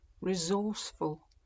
Resourceful